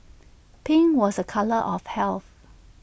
pink was A colour of health